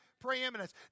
preeminence